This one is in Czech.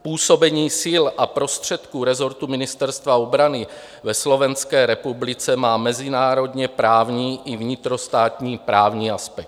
Působení sil a prostředků rezortu Ministerstva obrany ve Slovenské republice má mezinárodněprávní i vnitrostátní právní aspekt.